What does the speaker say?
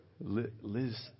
Liz